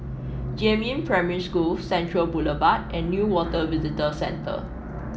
Jiemin Primary School Central Boulevard and Newater Visitor Centre